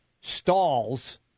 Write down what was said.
stalls